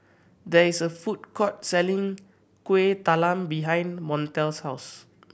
there is a food court selling Kuih Talam behind Montel's house